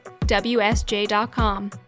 wsj.com